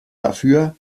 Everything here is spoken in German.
dafür